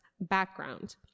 Background